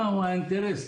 מהו האינטרס,